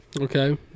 Okay